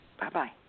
Bye-bye